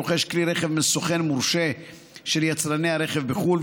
הרוכש כלי רכב מסוכן מורשה של יצרני הרכב בחו"ל,